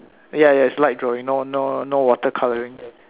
ya ya it's light drawing no no no water colouring